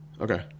Okay